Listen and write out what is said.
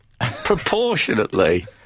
proportionately